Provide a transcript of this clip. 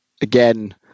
again